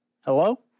Hello